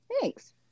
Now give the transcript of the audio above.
Thanks